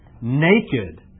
naked